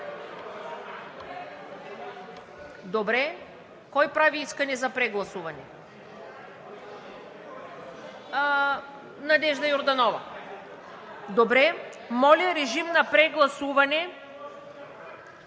ДОНЧЕВА: Кой прави искане за прегласуване – Надежда Йорданова. Моля, режим на прегласуване.